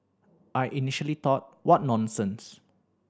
I initially thought what nonsense